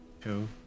two